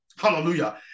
Hallelujah